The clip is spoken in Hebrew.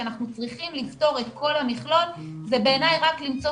אנחנו צריכים לפתור את כל המכלול זה בעיני רק למצוא